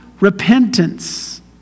repentance